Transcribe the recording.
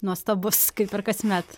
nuostabus kaip ir kasmet